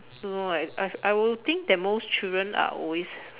don't know eh I I will think that most children are always